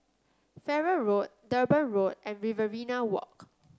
Farrer Road Durban Road and Riverina Walk